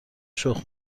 شخم